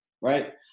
right